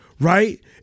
right